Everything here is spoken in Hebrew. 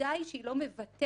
בוודאי שהיא לא מבטאת